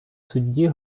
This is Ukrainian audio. судді